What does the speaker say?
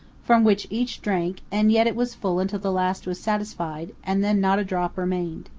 from which each drank and yet it was full until the last was satisfied, and then not a drop remained.